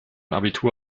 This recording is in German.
abitur